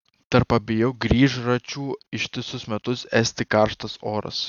tarp abiejų grįžračių ištisus metus esti karštas oras